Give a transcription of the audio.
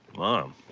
mom,